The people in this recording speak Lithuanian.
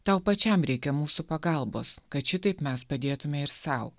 tau pačiam reikia mūsų pagalbos kad šitaip mes padėtume ir sau